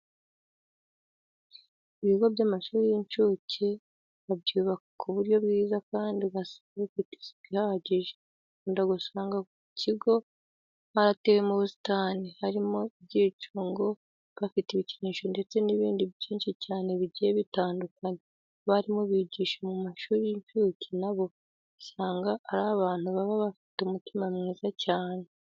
Ibigo by'amashuri y'inshuke babyubaka ku buryo bwiza kandi ugasanga bifite isuku ihagije. Ukunda gusanga mu kigo barateyemo ubusitani, harimo ibyicungo, bafite ibikinisho ndetse n'ibindi byinshi cyane bigiye bitandukanye. Abarimu bigisha mu mashuri y'inshuke na bo usanga ari abantu baba bafite umutima mwiza cyane.